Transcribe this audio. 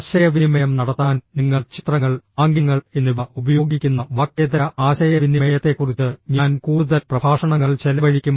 ആശയവിനിമയം നടത്താൻ നിങ്ങൾ ചിത്രങ്ങൾ ആംഗ്യങ്ങൾ എന്നിവ ഉപയോഗിക്കുന്ന വാക്കേതര ആശയവിനിമയത്തെക്കുറിച്ച് ഞാൻ കൂടുതൽ പ്രഭാഷണങ്ങൾ ചെലവഴിക്കും